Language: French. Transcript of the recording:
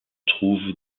trouve